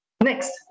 Next